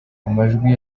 amajwi